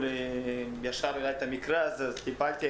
שהעבירו ישר אליי את המקרה הזה ואני טיפלתי,